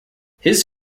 his